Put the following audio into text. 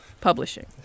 Publishing